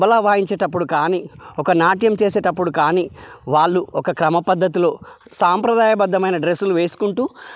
తబలా వాయించేటప్పుడు కానీ ఒక నాట్యం చేసేటప్పుడు కానీ వాళ్ళు ఒక క్రమపద్ధతిలో సాంప్రదాయబద్దమైన డ్రెస్సులు వేసుకుంటు